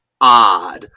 odd